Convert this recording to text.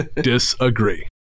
disagree